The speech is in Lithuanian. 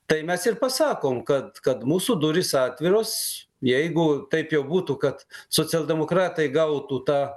tai mes ir pasakom kad kad mūsų durys atviros jeigu taip jau būtų kad socialdemokratai gautų tą